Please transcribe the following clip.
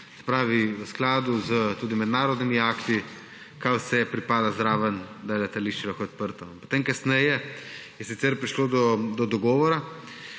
pravi v skladu tudi z mednarodnimi akti, kaj vse pripada zraven, da je letališče lahko odprto. Kasneje je sicer prišlo do dogovora,